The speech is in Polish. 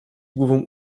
głową